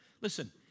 listen